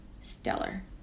stellar